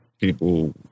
people